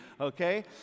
okay